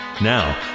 Now